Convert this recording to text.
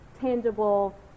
tangible